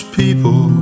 people